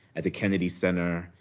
at the kennedy center,